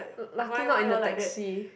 lucky not in a taxi